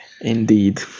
Indeed